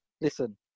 Listen